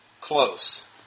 close